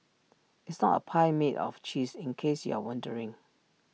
it's not A pie made of cheese in case you're wondering